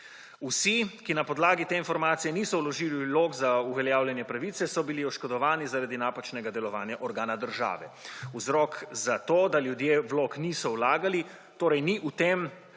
Vsi, ki na podlagi te informacije niso vložili vlog za uveljavljanje pravice, so bili oškodovani zaradi napačnega delovanja organa države. Vzrok za to, da ljudje vlog niso vlagali, torej ni v tem,